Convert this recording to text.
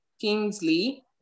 Kingsley